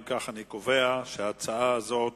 אם כך, אני קובע, שההצעה הזאת